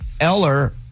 Eller